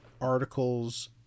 articles